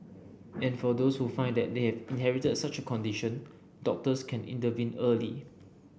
and for those who find that they have inherited such a condition doctors can intervene early